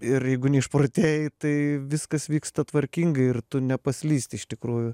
ir jeigu neišprotėjai tai viskas vyksta tvarkingai ir tu nepaslysti iš tikrųjų